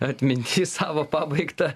atmintį savo pabaigtą